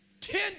Ten